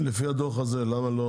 הדו"ח הזה לא